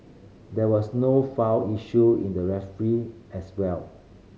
there was no foul issued in the referee as well